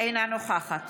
אינה נוכחת